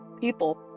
People